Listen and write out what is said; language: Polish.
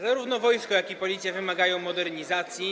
Zarówno wojsko, jak i Policja wymagają modernizacji.